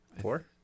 Four